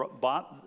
bought